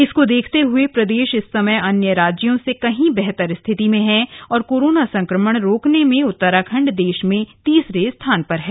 इसको देखते हुए प्रदेश इस समय अन्य राज्यों से कहीं बेहतर स्थिति में है और कोरोना सं क्रमण रोकने में उत्त ा राखंड दे श में तीसरे स्थान पर है